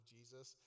Jesus